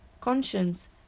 conscience